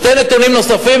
שתי נתונים נוספים,